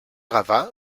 gavà